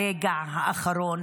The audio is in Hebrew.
ברגע האחרון,